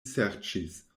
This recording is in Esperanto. serĉis